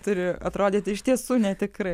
turi atrodyti iš tiesų netikri